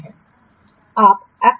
CV EV AC आज actual value क्या है